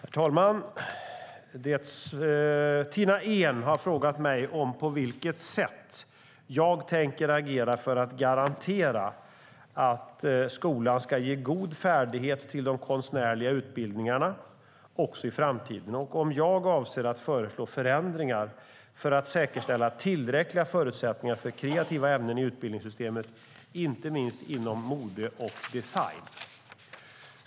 Herr talman! Tina Ehn har frågat mig på vilket sätt jag tänker agera för att garantera att skolan ska ge god färdighet till de konstnärliga utbildningarna också i framtiden och om jag avser att föreslå förändringar för att säkerställa tillräckliga förutsättningar för kreativa ämnen i utbildningssystemet, inte minst inom mode och design.